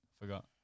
Forgot